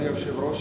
אדוני היושב-ראש,